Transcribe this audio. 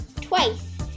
twice